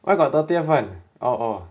why got thirtieth one orh orh